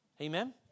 Amen